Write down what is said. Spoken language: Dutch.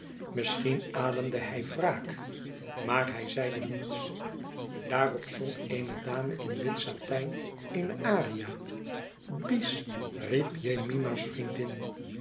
misschien ademde hij wraak maar hij zeide niets daarop zong eene dame in wit satijn eene aria bis riep jemima's vriendin